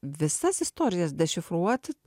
visas istorijas dešifruoti